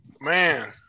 Man